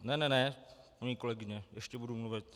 Ne ne ne, paní kolegyně, ještě budu mluvit.